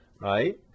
right